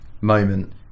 moment